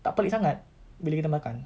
tak pelik sangat bila kita makan